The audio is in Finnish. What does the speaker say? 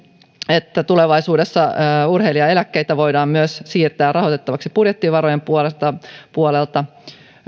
että tulevaisuudessa urheilijaeläkkeitä voidaan siirtää rahoitettavaksi myös budjettivarojen puolelta puolelta